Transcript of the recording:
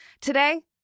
today